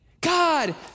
God